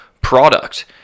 product